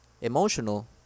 emotional